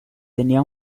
tenía